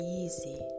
easy